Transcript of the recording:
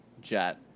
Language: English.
Jet